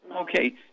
Okay